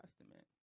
testament